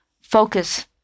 focus